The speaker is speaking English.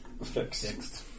Fixed